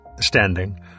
standing